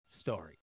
story